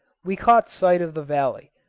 we caught sight of the valley,